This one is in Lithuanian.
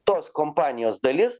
tos kompanijos dalis